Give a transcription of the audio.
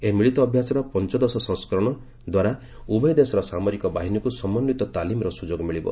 ଏହି ମିଳିତ ଅଭ୍ୟାସର ପଞ୍ଚଦଶ ସଂସ୍କରଣ ଦ୍ୱାରା ଉଭୟ ଦେଶର ସାମରିକ ବାହିନୀକୁ ସମନ୍ଧିତ ତାଲିମର ସୁଯୋଗ ମିଳିବ